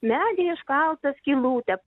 medyje iškaltą skylutę